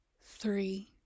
three